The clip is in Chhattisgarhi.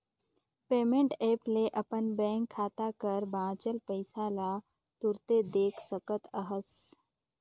पेमेंट ऐप ले अपन बेंक खाता कर बांचल पइसा ल तुरते देख सकत अहस